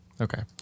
Okay